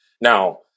Now